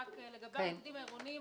לגבי המוקדים העירוניים,